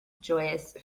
joyous